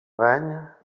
règne